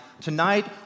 Tonight